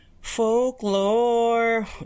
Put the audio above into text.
Folklore